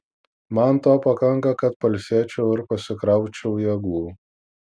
man to pakanka kad pailsėčiau ir pasikraučiau jėgų